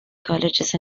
colleges